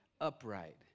upright